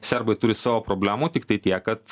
serbai turi savo problemų tiktai tiek kad